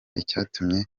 icyatumye